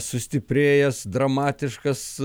sustiprėjęs dramatiškas